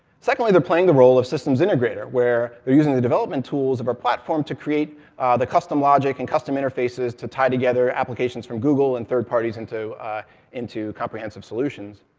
secondly, they're playing the role of systems integrator, where they're using the development tools of our platform to create the custom logic and custom interfaces to tie together applications from google and third parties into into comprehensive solutions.